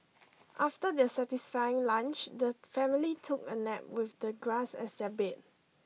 after their satisfying lunch the family took a nap with the grass as their bed